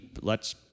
lets